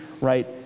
right